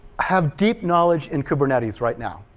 have deep knowledge in kubernetes right now?